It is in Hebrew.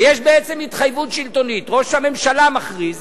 ויש בעצם התחייבות שלטונית, ראש הממשלה מכריז,